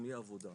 או מהעבודה,